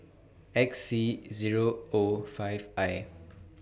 X C Zero O five I